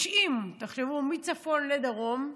90, תחשבו, מצפון לדרום.